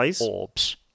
orbs